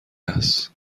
هست